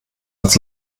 als